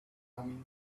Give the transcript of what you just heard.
humming